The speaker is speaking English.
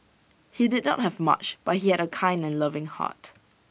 he did not have much but he had A kind and loving heart